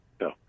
No